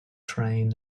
train